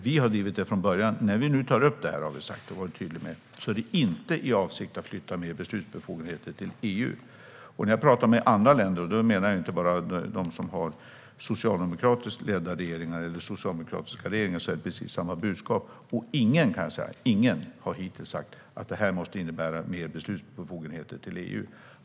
Vi har från början varit tydliga: När vi nu tar upp detta gör vi det inte i avsikt att flytta mer beslutsbefogenheter till EU. När jag talar med andra länder, inte bara sådana som har socialdemokratiskt ledda regeringar, hör jag samma budskap - ingen har hittills sagt att detta måste innebära mer beslutsbefogenheter till EU.